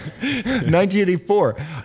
1984